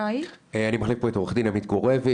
אני מחליף פה את עורך דין עמית גורביץ',